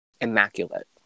Immaculate